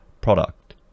product